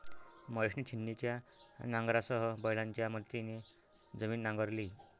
महेशने छिन्नीच्या नांगरासह बैलांच्या मदतीने जमीन नांगरली